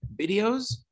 Videos